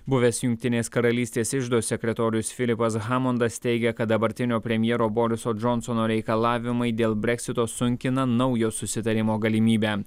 buvęs jungtinės karalystės iždo sekretorius filipas hamondas teigia kad dabartinio premjero boriso džonsono reikalavimai dėl breksito sunkina naujo susitarimo galimybę